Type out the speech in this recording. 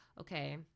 Okay